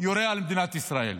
יורה על מדינת ישראל.